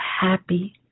happy